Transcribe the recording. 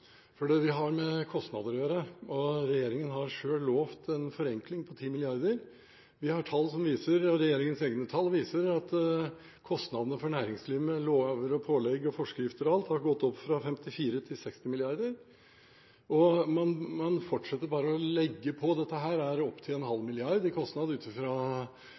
Vi har med kostnader å gjøre, og regjeringen har selv lovet en forenkling på 10 mrd. kr. Regjeringens egne tall viser at kostnadene for næringslivet med lover og pålegg og forskrifter og alt har gått opp fra 54 til 60 mrd. kr, og man fortsetter bare å legge på. Dette er opptil en halv milliard i kostnader ut